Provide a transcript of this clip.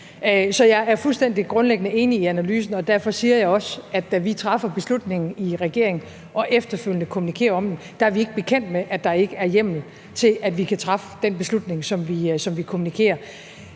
Så jeg er fuldstændig grundlæggende enig i analysen, og derfor siger jeg også, at da vi træffer beslutningen i regeringen og efterfølgende kommunikerer om den, er vi ikke bekendt med, at der ikke er hjemmel til, at vi kan træffe den beslutning, som vi kommunikerer.